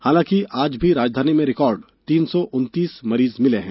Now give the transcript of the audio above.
हालांकि आज भी राजधानी में रिकार्ड तीन सौ उन्तीस मरीज मिले हैं